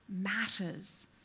matters